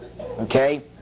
okay